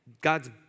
God's